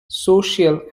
social